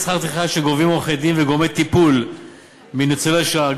שכר הטרחה שגובים עורכי-דין וגורמי טיפול מניצולי שואה,